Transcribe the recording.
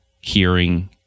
hearing